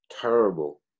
terrible